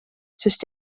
sest